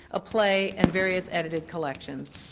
a play, and various edited collections.